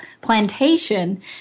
plantation